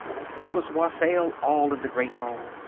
it was wassail all in the great hall.